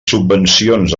subvencions